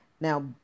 Now